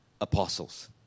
apostles